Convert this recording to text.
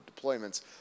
deployments